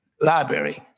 Library